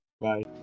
Bye